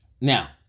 now